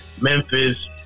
Memphis